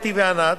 אתי וענת,